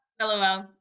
lol